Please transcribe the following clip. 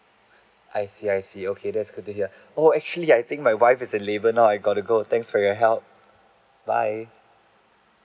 I see I see okay that's good to hear oh actually I think my wife is in labour now I gotta go thanks for your help bye